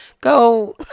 Go